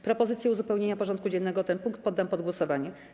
Propozycję uzupełnienia porządku dziennego o ten punkt poddam pod głosowanie.